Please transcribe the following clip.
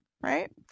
right